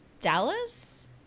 dallas